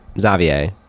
Xavier